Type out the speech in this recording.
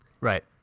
right